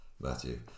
Matthew